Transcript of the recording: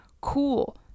cool